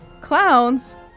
Clowns